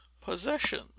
possession